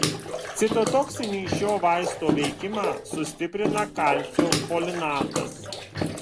citotoksinį šio vaisto veikimą sustiprina kalcio folinatas